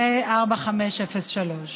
פ/4503